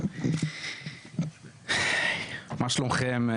שלום לכולם,